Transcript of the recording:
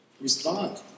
respond